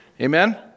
Amen